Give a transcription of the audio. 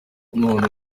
none